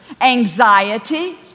anxiety